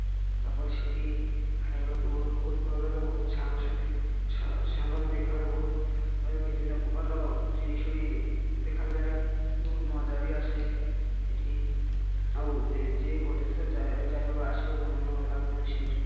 ତା'ପରେ ସେଇଠି ଖାଇବାକୁ ବହୁତ ଭଲ ଲାଗେ ବହୁତ ସାଙ୍ଗସାଥି ସା ସାଙ୍ଗରେ ଦେଖାଏ ବହୁତ ବିଭିନ୍ନ ପ୍ରକାରର ଜିନିଷ ବି ଦେଖାଯାଏ ବହୁତ ମଜା ବି ଆସେ ସେଇଠି ଆଉ ଯେ ଗୋଟେ ଥର ଯାଏ ଆସିବାକୁ ମନ ଲାଗିବନି ସେଇଠିରୁ